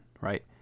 Right